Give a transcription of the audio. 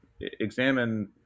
examine